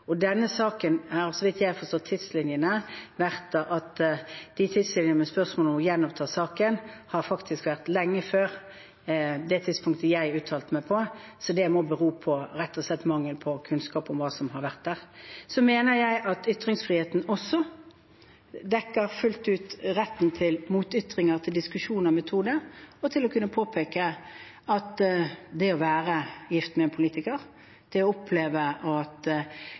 denne saken har tidslinjene – så vidt jeg har forstått dem – for spørsmålet om å gjenoppta saken faktisk vært lenge før det tidspunktet da jeg uttalte meg. Det må rett og slett bero på mangel på kunnskap om hva som har vært der. Så mener jeg at ytringsfriheten også fullt ut dekker retten til motytringer, til diskusjon om metode og til å kunne påpeke at det å være gift med en politiker, det å oppleve at